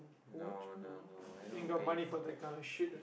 no no no I don't pay for this